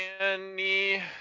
Andy